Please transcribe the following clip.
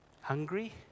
hungry